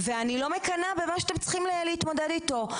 ואני לא מקנאה במה שאתם צריכים להתמודד איתו.